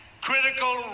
critical